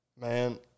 Man